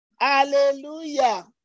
Hallelujah